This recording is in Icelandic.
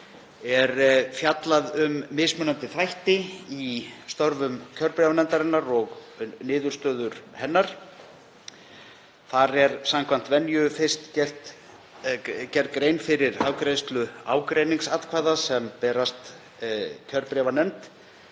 er fjallað um mismunandi þætti í störfum kjörbréfanefndarinnar og niðurstöður hennar. Þar er samkvæmt venju fyrst gerð grein fyrir afgreiðslu ágreiningsatkvæða sem berast kjörbréfanefnd